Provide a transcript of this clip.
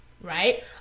right